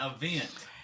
event